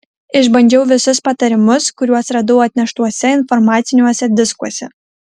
išbandžiau visus patarimus kuriuos radau atneštuose informaciniuose diskuose